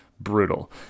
brutal